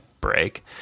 break